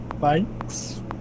thanks